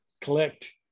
collect